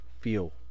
feel